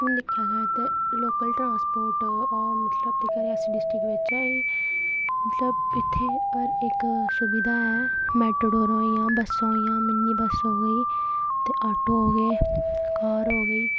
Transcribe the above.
हून दिक्खेआ जाए ते लोक ट्रांसपोर्ट मतलब रियासी डिस्ट्रिक बिच्च एह् मतलब इत्थै हर इक सुविधा ऐ मैटाडोरें दियां बस्सां होइयां मिनी बस्सां होए ते आटो हो गे कार होई गेई